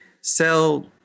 sell